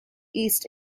east